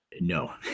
No